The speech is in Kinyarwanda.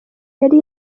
yari